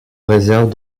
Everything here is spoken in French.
réserve